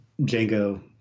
Django